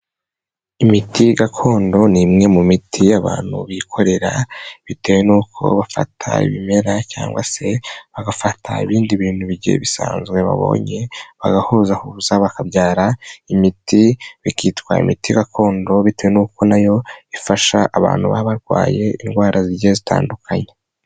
Imiti gakondo ni imwe mu miti abantu bikorera bitewe n'uko bafata ibimera cyangwa se bagafata ibindi bintu bisanzwe babonye bagahuzahuza bakabyara imiti, bikitwa imiti gakondo bitewe n'uko nayo ifasha abantu baba barwaye indwara zigiye zitandukanye.